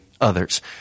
others